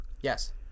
Yes